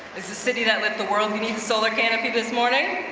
is the city that lit the world would need to solar canopy this morning?